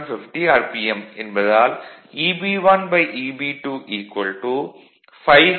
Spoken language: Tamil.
மற்றும் n2 750 ஆர்